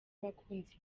abakunzi